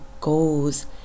goals